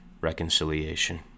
reconciliation